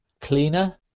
cleaner